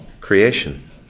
creation